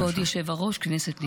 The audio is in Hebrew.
כבוד היושב-ראש, כנסת נכבדה,